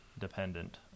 dependent